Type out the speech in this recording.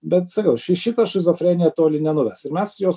bet sakau ši šita šizofrenija toli nenuves ir mes jos